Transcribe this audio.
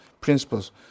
Principles